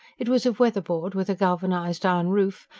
it was of weather-board, with a galvanised iron roof,